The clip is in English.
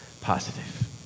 positive